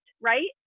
right